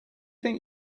think